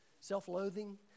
Self-loathing